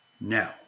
Now